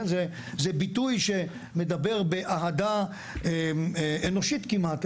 זה ביטוי שמדבר באהדה אנושית כמעט,